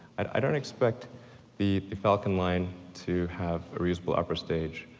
i don't expect the falcon line to have a reusable upper stage